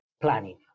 planning